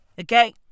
Okay